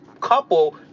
couple